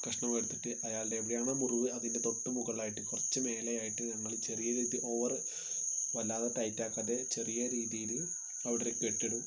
കഷ്ണം എടുത്തിട്ട് അയാളുടെ എവിടെയാണോ മുറിവ് അതിൻ്റെ തൊട്ടു മുകളിലായിട്ട് കുറച്ച് മേലെയായിട്ട് നമ്മൾ ചെറിയ രീതിയിൽ ഓവർ വല്ലാതെ ടൈറ്റ് ആക്കാതെ ചെറിയ രീതിയിൽ അവിടൊരു കെട്ടിടും